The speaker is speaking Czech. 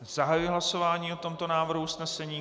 Zahajuji hlasování o tomto návrhu usnesení.